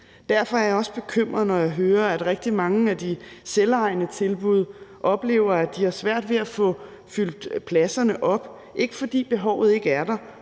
Derfor er jeg også bekymret, når jeg hører, at rigtig mange af de selvejende tilbud oplever, at de har svært ved at få fyldt pladserne op; ikke fordi behovet ikke er der,